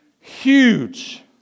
huge